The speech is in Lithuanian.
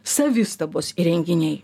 savistabos įrenginiai